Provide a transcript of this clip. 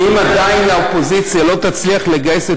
אם עדיין האופוזיציה לא תצליח לגייס את